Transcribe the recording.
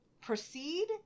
proceed